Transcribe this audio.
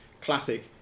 classic